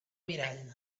mirall